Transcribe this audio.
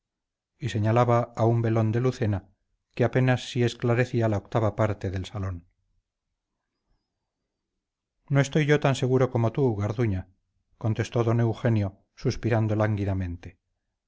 y señalaba un velón de lucena que apenas si esclarecía la octava parte del salón no estoy yo tan seguro como tú garduña contestó don eugenio suspirando lánguidamente